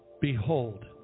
Behold